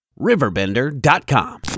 riverbender.com